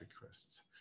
requests